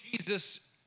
Jesus